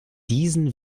diesen